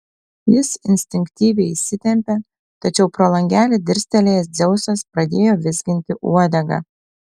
jis instinktyviai įsitempė tačiau pro langelį dirstelėjęs dzeusas pradėjo vizginti uodegą